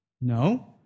No